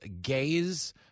gays